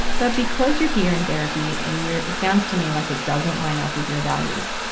but because you're here in therapy and you're, it sounds to me like it doesn't line up with your values.